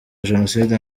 jenoside